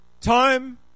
Time